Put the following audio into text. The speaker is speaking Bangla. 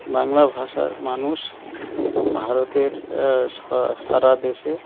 বাংলা ভাষার মানুষ ভারতের সারা দেশে